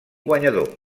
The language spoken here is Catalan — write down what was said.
guanyador